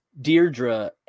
deirdre